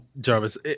Jarvis